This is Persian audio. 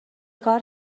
کار